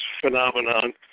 phenomenon